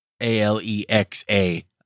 A-L-E-X-A